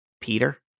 Peter